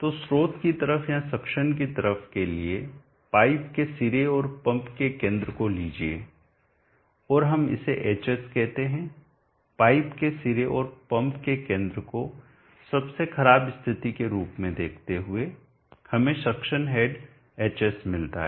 तो स्रोत की तरफ या सक्शन की तरफ के लिए पाइप के सिरे और पंप के केंद्र को लीजिए और हम इसे hs कहते हैं पाइप के सिरे और पंप के केंद्र को सबसे खराब स्थिति के रूप में देखते हुए हमें सक्शन हेड hs मिलता है